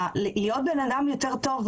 שהיא להיות בן אדם יותר טוב,